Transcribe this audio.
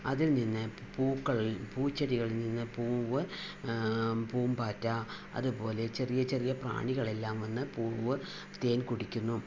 അതിൽ നിന്ന് പൂക്കൾ പൂച്ചെടികളിൽ നിന്ന് പൂവ് പൂമ്പാറ്റ അതുപോലെ ചെറിയ ചെറിയ പ്രാണികളെല്ലാം വന്ന് പൂവ് തേൻ കുടിക്കുന്നു